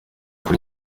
kuri